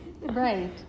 Right